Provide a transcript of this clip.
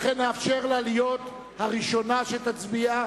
לכן נאפשר לה להיות הראשונה שתצביע.